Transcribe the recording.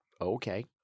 okay